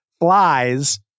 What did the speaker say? flies